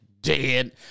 dead